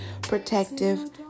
protective